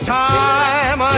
time